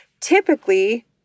Typically